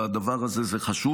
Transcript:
לדבר הזה,